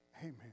Amen